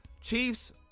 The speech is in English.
Chiefs